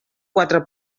quatre